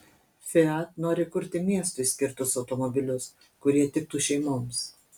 fiat nori kurti miestui skirtus automobilius kurie tiktų šeimoms